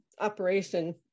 operation